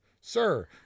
Sir